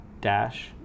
dash